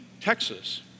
Texas